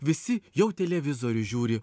visi jau televizorių žiūri